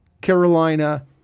Carolina